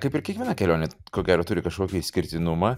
kaip ir kiekviena kelionė ko gero turi kažkokį išskirtinumą